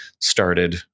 started